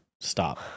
stop